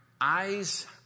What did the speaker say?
eyes